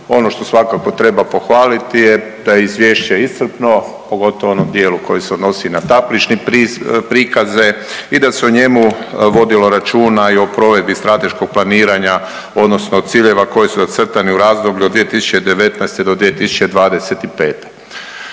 Ono što svakako treba pohvaliti je da je izvješće iscrpno, pogotovo u onom dijelu koji se odnosi na tablične prikaze i da se o njemu vodilo računa i o provedbi strateškog planiranja odnosno ciljeva koji su zacrtani u razdoblju od 2019. do 2025.